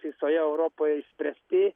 visoje europoje išspręsti